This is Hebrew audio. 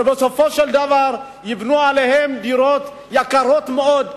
שבסופו של דבר יבנו עליהן דירות יקרות מאוד,